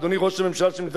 אדוני ראש הממשלה,